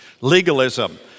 Legalism